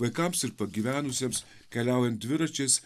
vaikams ir pagyvenusiems keliaujant dviračiais